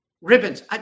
ribbons